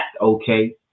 okay